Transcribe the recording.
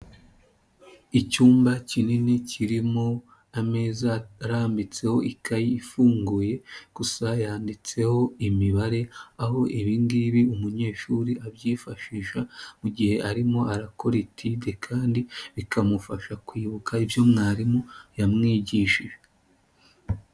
Icyumba kinini kirimo ameza arambitseho ikayi ifunguye gusa yanditseho imibare, aho ibingibi umunyeshuri abyifashisha mu gihe arimo arakora etide kandi bikamufasha kwibuka ibyo mwarimu yamwigishije.